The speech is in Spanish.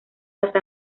hasta